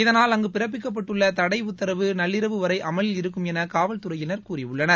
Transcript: இதனால் அங்கு பிறப்பிக்கப்பட்டுள்ள தடை உத்தரவு நள்ளிரவு வரை அமலில் இருக்கும் என காவல் துறையினர் கூறியுள்ளனர்